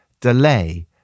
Delay